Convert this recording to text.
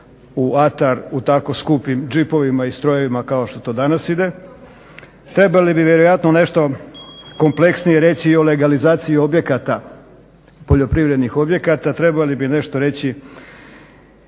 u atar u tako skupim džipovima i strojevima kao što danas ide. Trebali bi vjerojatno nešto kompleksnije reći i o legalizaciji objekata, poljoprivrednih objekata, trebali bi nešto reći